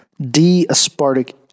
D-aspartic